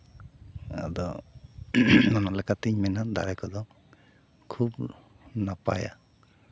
ᱟᱫᱚ ᱚᱱᱟ ᱞᱮᱠᱟᱛᱤᱧ ᱢᱮᱱᱟ ᱫᱟᱨᱮ ᱠᱚᱫᱚ ᱠᱷᱩᱵ ᱱᱟᱯᱟᱭᱟ